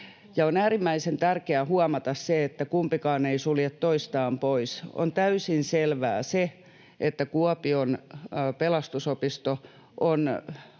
On äärimmäisen tärkeää huomata se, että kumpikaan ei sulje toistaan pois. On täysin selvää se, että Kuopion Pelastusopisto on